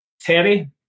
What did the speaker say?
terry